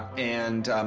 and,